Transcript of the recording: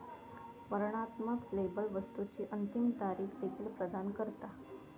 वर्णनात्मक लेबल वस्तुची अंतिम तारीख देखील प्रदान करता